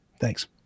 Thanks